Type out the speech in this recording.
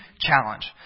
challenge